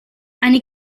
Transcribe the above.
eine